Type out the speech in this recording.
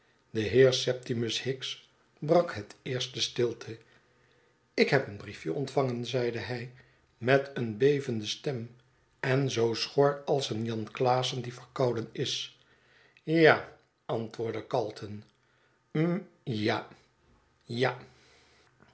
de heer septimus hicks brak het eerst de stilte ik heb een briefje ontvangen zeide hij met een bevende stem en zoo schor als een janklaassen die verkouden is ja antwoordde calton hm ja ja